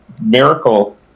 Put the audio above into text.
miracle